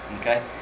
Okay